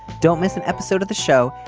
don't miss an episode of the show.